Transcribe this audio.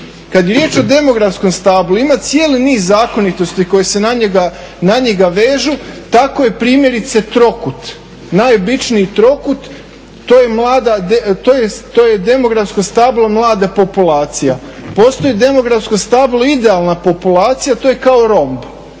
Kad je riječ o demografskom stablu, ima cijeli niz zakonitosti koje se na njega vežu. Tako je primjerice trokut, najobičniji trokut to je demografsko stablo mlada populacija. Postoji demografsko stablo idealna populacija, to je kao romb